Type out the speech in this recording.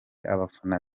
abafana